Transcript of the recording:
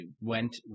went